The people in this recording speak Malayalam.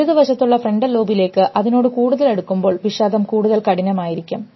ഇടതുവശത്തുള്ള ഫ്രന്റൽ ലോബിലേക്ക് അതിനോട് കൂടുതൽ അടുക്കുമ്പോൾ വിഷാദം കൂടുതൽ കഠിനമായിരിക്കും